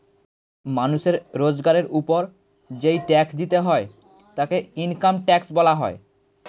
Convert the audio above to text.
মানুষের রোজগারের উপর যেই ট্যাক্স দিতে হয় তাকে ইনকাম ট্যাক্স বলা হয়